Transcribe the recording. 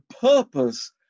purpose